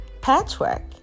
Patchwork